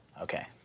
Okay